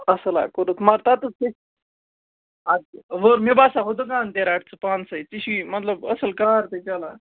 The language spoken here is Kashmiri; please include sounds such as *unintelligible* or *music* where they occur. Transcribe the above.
اَصٕل ہہ کوٚرُتھ مگر *unintelligible* اَدٕ کیٛاہ وۄنۍ مےٚ باسیو ہُہ دُکان تہِ رَٹ ژٕ پانسٕے ژےٚ چھی مطلب اصٕل کار تہِ چلان